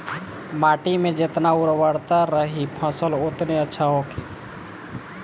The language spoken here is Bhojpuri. माटी में जेतना उर्वरता रही फसल ओतने अच्छा होखी